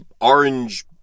orange